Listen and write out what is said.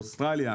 לאוסטרליה,